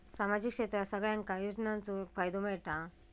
सामाजिक क्षेत्रात सगल्यांका योजनाचो फायदो मेलता?